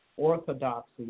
Orthodoxy